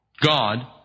God